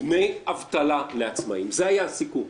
דמי אבטלה לעצמאים זה היה הסיכום.